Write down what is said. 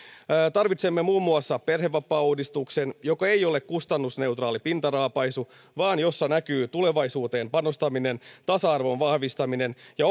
tarvitsemme muun muassa perhevapaauudistuksen joka ei ole kustannusneutraali pintaraapaisu vaan jossa näkyy tulevaisuuteen panostaminen tasa arvon vahvistaminen ja